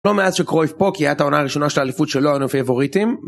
לא מאז שקרוייף פה, כי הייתה העונה הראשונה של האליפות שלו, היינו פייבוריטים.